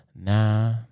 Nah